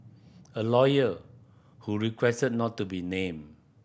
a lawyer who requested not to be named